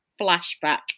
Flashback